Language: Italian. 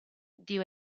dio